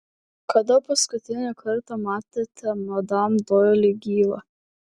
kada paskutinį kartą matėte madam doili gyvą